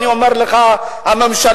אני אומר לך שהממשלה,